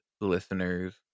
listeners